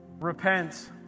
Repent